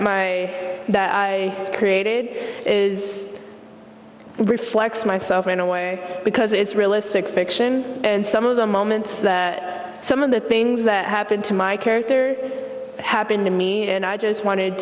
character that i created is reflects myself in a way because it's realistic fiction and some of the moments some of the things that happened to my characters happened to me and i just wanted